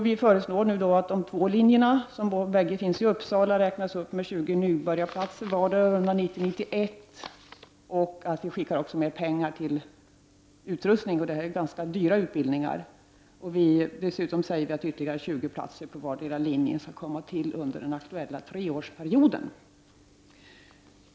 Vi föreslår nu att de två linjerna, som båda finns i Uppsala, räknas upp med 20 nybörjarplatser vardera under 1990/91, och vi skickar också med pengar till utrustning för dessa dyra utbildningar. Dessutom säger vi att ytterligare 20 platser på vardera linjen skall komma till under den aktuella treårsperioden.